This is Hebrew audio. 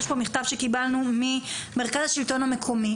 יש פה מכתב שקיבלנו ממרכז השלטון המקומי,